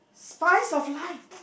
spice of life